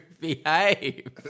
Behave